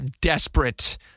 desperate